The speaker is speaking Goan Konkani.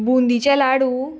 बुंदीचे लाडू